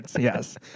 yes